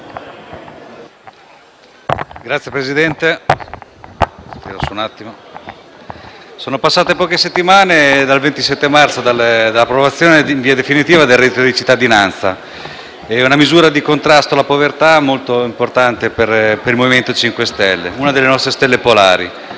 Signor Presidente, sono passate poche settimane dal 27 marzo, giorno dell'approvazione in via definitiva del reddito di cittadinanza, una misura di contrasto alla povertà molto importante per il MoVimento 5 Stelle e una delle nostre stelle polari.